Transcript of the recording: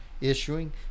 issuing